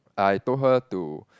I told her to